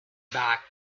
back